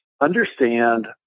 understand